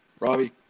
Robbie